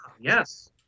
yes